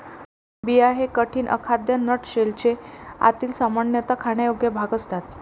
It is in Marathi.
बिया हे कठीण, अखाद्य नट शेलचे आतील, सामान्यतः खाण्यायोग्य भाग असतात